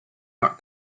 not